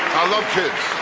i love kids.